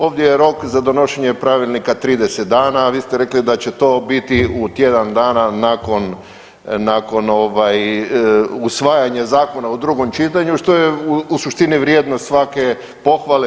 Ovdje je rok za donošenje pravilnika 30 dana, a vi ste rekli da će to biti u tjedan dana nakon, nakon ovaj usvajanja zakona u drugom čitanju, što je u suštini vrijedno svake pohvale.